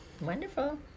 wonderful